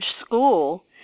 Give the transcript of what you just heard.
School